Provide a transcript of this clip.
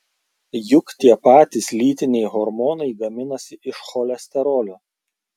juk tie patys lytiniai hormonai gaminasi iš cholesterolio